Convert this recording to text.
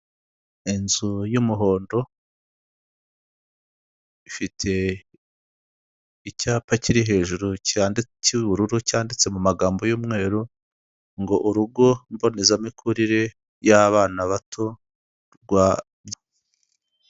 Inzu y'umuhondo, ifite icyapa kiri hejuru cy'ubururu cyanditse mu magambo y'umweru ngo :"Urugo mbonezamikurire y'abana bato